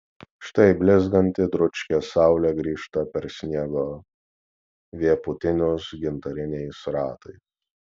štai blizganti dručkė saulė grįžta per sniego vėpūtinius gintariniais ratais